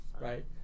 Right